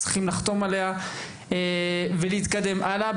צריך לחתום עליה ולהתקדם הלאה.